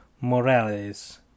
Morales